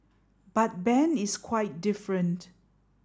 but Ben is quite different